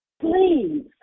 Please